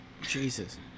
Jesus